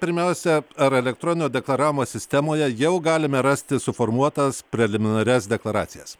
pirmiausia ar elektroninio deklaravimo sistemoje jau galime rasti suformuotas preliminarias deklaracijas